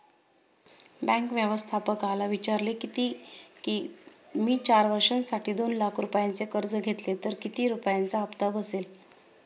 bank व्यवस्थापकाला विचारले किती की, मी चार वर्षांसाठी दोन लाख रुपयांचे कर्ज घेतले तर किती रुपयांचा हप्ता बसेल